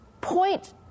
Point